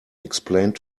explained